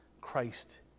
Christ